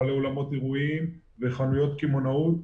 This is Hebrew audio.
בעלי אולמות אירועים וחנויות קמעונאות.